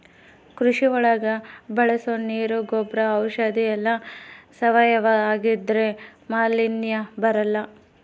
ಕೃಷಿ ಒಳಗ ಬಳಸೋ ನೀರ್ ಗೊಬ್ರ ಔಷಧಿ ಎಲ್ಲ ಸಾವಯವ ಆಗಿದ್ರೆ ಮಾಲಿನ್ಯ ಬರಲ್ಲ